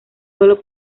solo